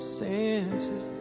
senses